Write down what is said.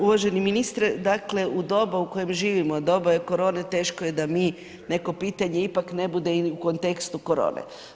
Uvaženi ministre, dakle u doba u kojem živimo, doba je korone, teško je da mi neko pitanje ipak ne bude i u kontekstu korone.